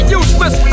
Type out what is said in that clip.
useless